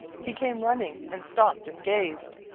he came running, and stopped and gazed,